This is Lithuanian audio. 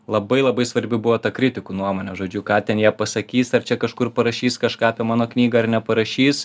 labai labai svarbi buvo ta kritikų nuomonė žodžiu ką ten jie pasakys ar čia kažkur parašys kažką apie mano knygą ar neparašys